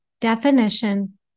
definition